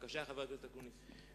חבר הכנסת אקוניס, בבקשה.